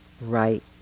right